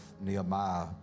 Nehemiah